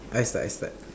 I start I start